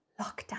lockdown